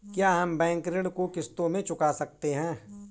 क्या हम बैंक ऋण को किश्तों में चुका सकते हैं?